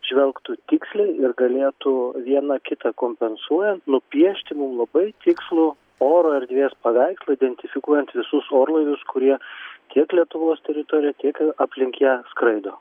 žvelgtų tiksliai ir galėtų viena kitą kompensuojant nupiešti mum labai tikslų oro erdvės paveikslą identifikuojant visus orlaivius kurie tiek lietuvos teritorijoje tiek aplink ją skraido